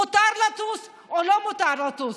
מותר לטוס או לא מותר לטוס?